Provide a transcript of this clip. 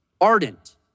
ardent